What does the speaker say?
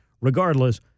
regardless